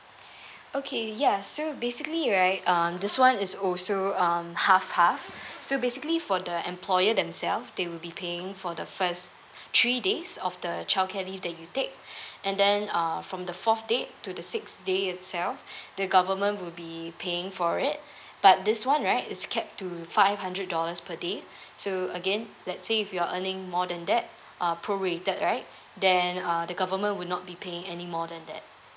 okay ya so basically right um this one is also um half half so basically for the employer themselves they will be paying for the first three days of the childcare leave that you take and then um from the fourth date to the sixth day itself the government will be paying for it but this [one] right is cap to five hundred dollars per day so again let's say if you're earning more than that uh prorated right then uh the government will not be paying anymore than that